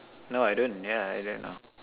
no I don't yeah I don't know